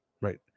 right